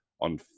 on